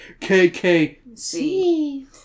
KKC